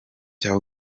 cya